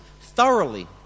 thoroughly